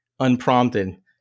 unprompted